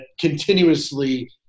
continuously